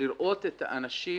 את האנשים